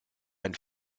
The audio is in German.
ein